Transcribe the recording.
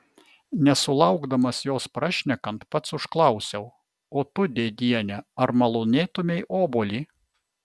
nesulaukdamas jos prašnekant pats užklausiau o tu dėdiene ar malonėtumei obuolį